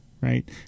right